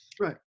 Right